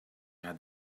add